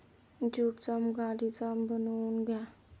ज्यूटचा गालिचा बनवून घ्या